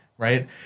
Right